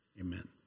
amen